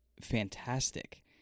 fantastic